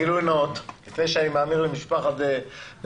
גילוי נאות לפני שאני מעביר את רשות הדיבור למשפחת וישניאק.